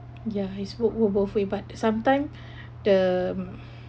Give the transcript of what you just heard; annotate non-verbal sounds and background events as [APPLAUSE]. yeah is work work both way but sometime [BREATH] the [BREATH]